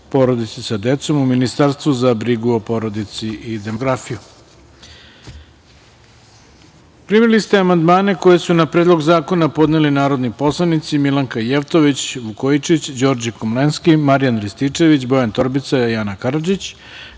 u Ministarstvu za brigu o porodici i demografiju. Primili ste amandmane koje su na Predlog zakona podneli narodni poslanici Milanka Jevtović Vukojičić, Đorđe Komlenski, Marijan Rističević, Bojan Torbica i Ana Karadžić,